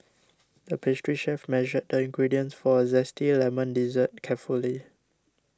the pastry chef measured the ingredients for a Zesty Lemon Dessert carefully